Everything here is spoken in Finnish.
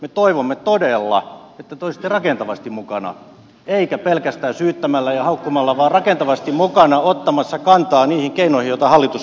me toivomme todella että te olisitte rakentavasti mukana ettekä pelkästään syyttämällä ja haukkumalla vaan rakentavasti mukana ottamassa kantaa niihin keinoihin joita hallitus on esitellyt